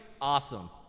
Awesome